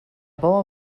bauer